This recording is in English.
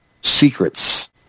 secrets